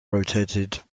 rotated